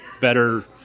better